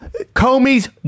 Comey's